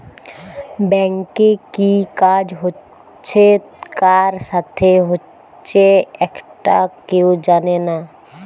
ব্যাংকে কি কাজ হচ্ছে কার সাথে হচ্চে একটা কেউ জানে না